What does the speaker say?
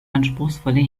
anspruchsvolle